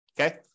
Okay